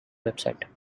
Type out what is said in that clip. website